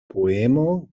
poemo